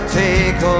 take